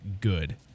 good